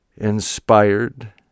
inspired